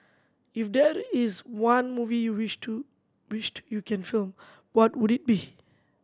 if there is one movie you wished to wished you can film what would it be